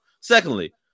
Secondly